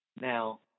Now